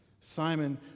Simon